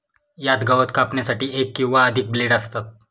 यात गवत कापण्यासाठी एक किंवा अधिक ब्लेड असतात